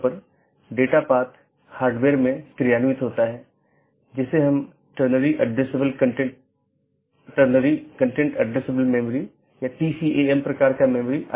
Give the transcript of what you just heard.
तो इसके लिए कुछ आंतरिक मार्ग प्रोटोकॉल होना चाहिए जो ऑटॉनमस सिस्टम के भीतर इस बात का ध्यान रखेगा और एक बाहरी प्रोटोकॉल होना चाहिए जो इन चीजों के पार जाता है